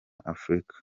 afrika